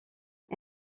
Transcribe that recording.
est